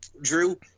Drew